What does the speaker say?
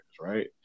right